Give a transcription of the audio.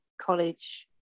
college